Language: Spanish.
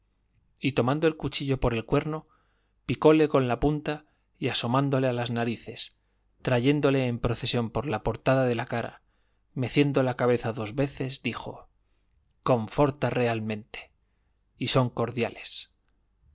y tomando el cuchillo por el cuerno picóle con la punta y asomándole a las narices trayéndole en procesión por la portada de la cara meciendo la cabeza dos veces dijo conforta realmente y son cordiales